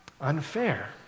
unfair